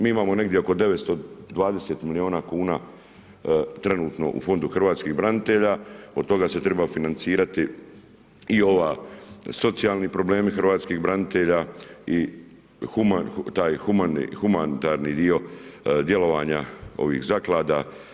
Mi imamo negdje oko 920 milijuna kuna, trenutno u fondu hrvatskih branitelja, od toga se treba financirati i ovi socijalni problemi hrvatskih branitelji i taj humanitarni dio djelovanja ovih zaklada.